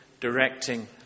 directing